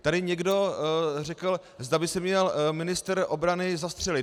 Tady někdo řekl, zda by se měl ministr obrany zastřelit.